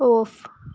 off